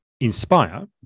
inspire